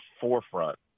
forefront